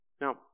Now